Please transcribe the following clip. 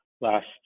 last